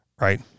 Right